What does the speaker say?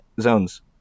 zones